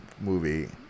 movie